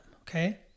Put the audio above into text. okay